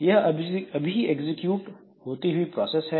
यह अभी एग्जीक्यूट होती हुई प्रोसेस है